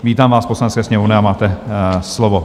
Vítám vás v Poslanecké sněmovně a máte slovo.